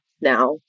now